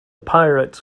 pirates